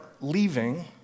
leaving